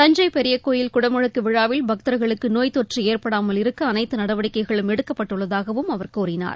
தஞ்சை பெரியக் கோயில் குடமுழுக்கு விழாவில் பக்தர்களுக்கு நோய் தொற்று ஏற்படாமல் இருக்க அனைத்து நடவடிக்கைகளும் எடுக்கப்பட்டுள்ளதாகவும் அவர் கூறினார்